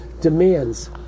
demands